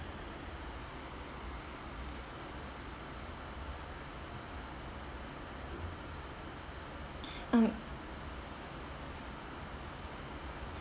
um